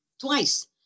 twice